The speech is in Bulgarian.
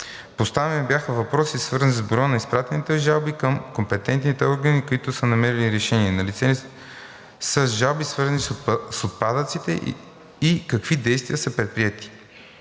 Поставени бяха въпроси, свързани с броя на изпратените жалби към компетентните органи, които са намерили решение; налице ли са жалби, свързани с отпадъците, и какви действия са предприети.